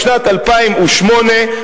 בשנת 2008,